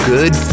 Good